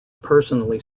personally